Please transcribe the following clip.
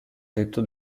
tetto